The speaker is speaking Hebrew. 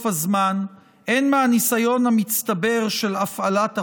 הזמן והן מהניסיון המצטבר של הפעלת החוק,